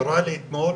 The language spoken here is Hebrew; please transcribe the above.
חרה לי אתמול